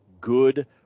good